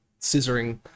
scissoring